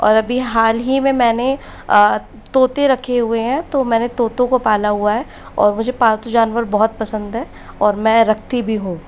और अभी हाल ही में मैंने तोते रखे हुए है तो मैंने तोतों को पाला हुआ है और मुझे पालतू जानवर बहुत पसंद है और मैं रखती भी हूँ